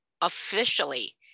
officially